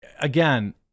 Again